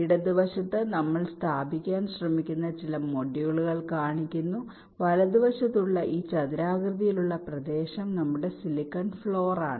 ഇടതുവശത്ത് നമ്മൾ സ്ഥാപിക്കാൻ ശ്രമിക്കുന്ന ചില മൊഡ്യൂളുകൾ കാണിക്കുന്നു വലതുവശത്തുള്ള ഈ ചതുരാകൃതിയിലുള്ള പ്രദേശം നമ്മുടെ സിലിക്കൺ ഫ്ളോറാണ്